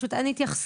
ופשוט אין התייחסות.